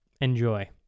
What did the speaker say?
Enjoy